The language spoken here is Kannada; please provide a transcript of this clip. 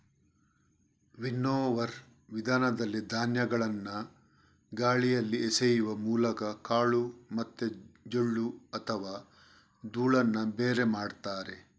ವಿನ್ನೋವರ್ ವಿಧಾನದಲ್ಲಿ ಧಾನ್ಯಗಳನ್ನ ಗಾಳಿಯಲ್ಲಿ ಎಸೆಯುವ ಮೂಲಕ ಕಾಳು ಮತ್ತೆ ಜೊಳ್ಳು ಅಥವಾ ಧೂಳನ್ನ ಬೇರೆ ಮಾಡ್ತಾರೆ